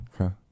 Okay